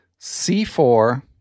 c4